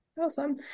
Awesome